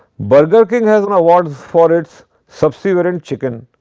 burger king has won awards for its subservient chicken